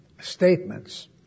statements